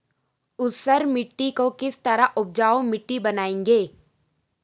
ऊसर मिट्टी को किस तरह उपजाऊ मिट्टी बनाएंगे?